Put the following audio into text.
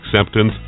acceptance